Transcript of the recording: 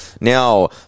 Now